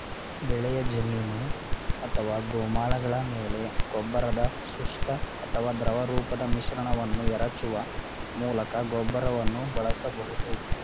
ಬೆಳೆಯ ಜಮೀನು ಅಥವಾ ಗೋಮಾಳಗಳ ಮೇಲೆ ಗೊಬ್ಬರದ ಶುಷ್ಕ ಅಥವಾ ದ್ರವರೂಪದ ಮಿಶ್ರಣವನ್ನು ಎರಚುವ ಮೂಲಕ ಗೊಬ್ಬರವನ್ನು ಬಳಸಬಹುದು